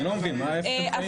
אני לא מבין איפה אתם חיים.